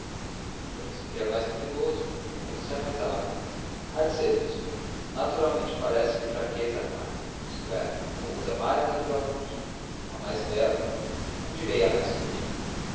penso que é mais duvidoso ou você é mais hábil há de ser isso naturalmente parece-lhe fraqueza amar isto é a coisa mais natural do mundo a mais bela não direi a mais sublime